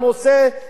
את המודעות,